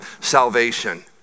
salvation